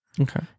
Okay